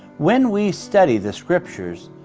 when we study the scriptures,